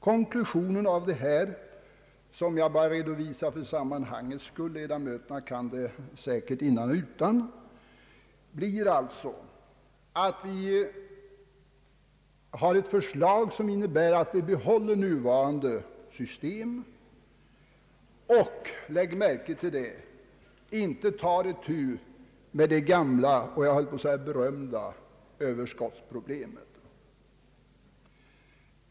Konklusionen av detta — som jag bara har redovisat för sammanhangets skull; ledamöterna kan det säkert innan och utan — blir alltså att vi har ett förslag som innebär att vi behåller nuvarande system och — lägg märke till det! — inte tar itu med det gamla och jag höll på att säga berömda överskottsproblemet.